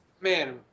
Man